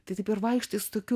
tai taip ir vaikštai su tokiu